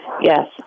Yes